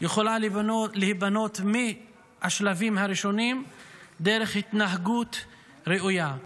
יכולה להיבנות מהשלבים הראשונים דרך התנהגות ראויה.